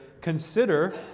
consider